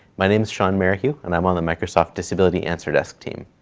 my name is sean marihugh and i'm on the microsoft disability answer desk team.